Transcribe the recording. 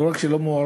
לא רק שהוא לא מוערך,